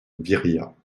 viriat